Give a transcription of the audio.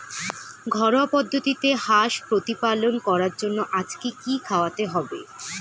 ঘরোয়া পদ্ধতিতে হাঁস প্রতিপালন করার জন্য আজকে কি খাওয়াতে হবে?